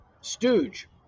Stooge